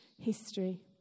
history